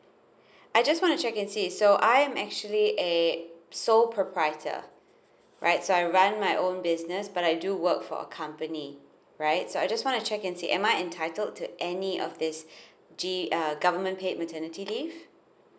I just want to check and see so I am actually a sole proprietor rights I run my own business but I do work for a company right so I just want to check and see an I entitled to any of this G ah government paid maternity leave